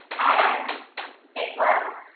and next one.